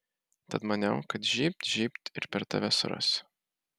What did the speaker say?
tad maniau kad žybt žybt ir per tave surasiu